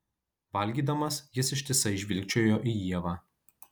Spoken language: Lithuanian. valgydamas jis ištisai žvilgčiojo į ievą